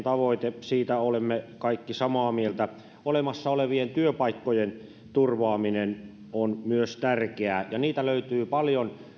tavoite siitä olemme kaikki samaa mieltä olemassa olevien työpaikkojen turvaaminen on myös tärkeää ja niitä löytyy paljon